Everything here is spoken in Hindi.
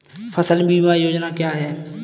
फसल बीमा योजना क्या है?